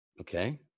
okay